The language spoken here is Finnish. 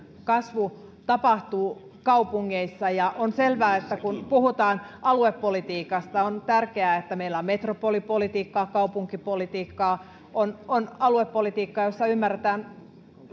kasvu tapahtuu kaupungeissa ja on selvää että kun puhutaan aluepolitiikasta on tärkeää että meillä on metropolipolitiikkaa kaupunkipolitiikkaa ja aluepolitiikkaa jossa ymmärretään